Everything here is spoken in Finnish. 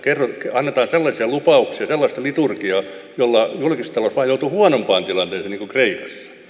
annetaan sellaisia lupauksia sellaista liturgiaa joilla julkistalous ajautuu huonompaan tilanteeseen niin kuin kreikassa